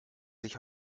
sich